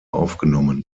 aufgenommen